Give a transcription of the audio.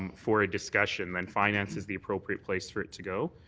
um for a discussion, then finance is the appropriate place for it to go.